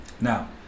Now